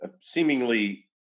seemingly